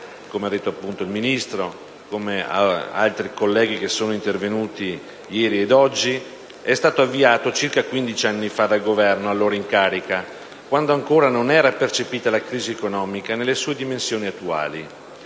come ha detto il Ministro e come hanno rilevato altri colleghi intervenuti ieri ed oggi, è stato avviato circa quindici anni fa dal Governo allora in carica, quando ancora non era percepita la crisi economica nelle sue dimensioni attuali.